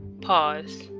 pause